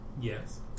Yes